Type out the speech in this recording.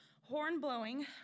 horn-blowing